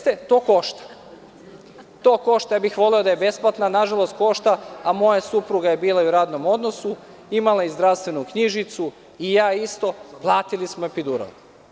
To košta, voleo bih da je to besplatno, na žalost košta, a moja supruga je bila u radnom odnosu, imala je zdravstvenu knjižicu, ja takođe i platili smo epidural.